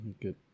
Good